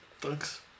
Thanks